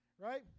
right